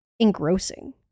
engrossing